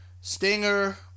Stinger